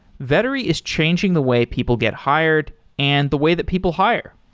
vettery is changing the way people get hired and the way that people hire.